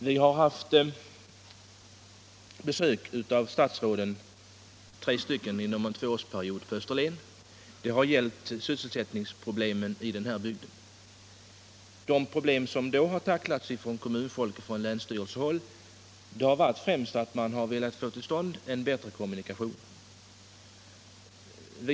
Vi har på Österlen haft besök av tre statsråd under en tvåårsperiod. Besöken har gällt sysselsättningsproblemen i bygden. De frågor som tagits upp av kommunfolk och från länsstyrelsehåll har gällt problemet att få till stånd bättre kommunikationer, för att göra nyetableringar attraktiva.